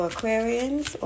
Aquarians